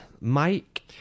Mike